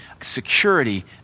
security